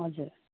हजुर